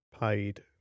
paid